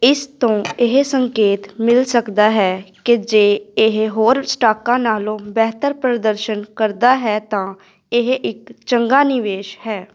ਇਸ ਤੋਂ ਇਹ ਸੰਕੇਤ ਮਿਲ ਸਕਦਾ ਹੈ ਕਿ ਜੇ ਇਹ ਹੋਰ ਸਟਾਕਾਂ ਨਾਲੋਂ ਬਿਹਤਰ ਪ੍ਰਦਰਸ਼ਨ ਕਰਦਾ ਹੈ ਤਾਂ ਇਹ ਇੱਕ ਚੰਗਾ ਨਿਵੇਸ਼ ਹੈ